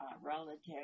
relatives